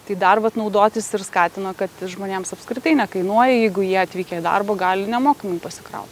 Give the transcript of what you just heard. tai dar vat naudotis ir skatina kad žmonėms apskritai nekainuoja jeigu jie atvykę į darbą gali nemokamai pasikraut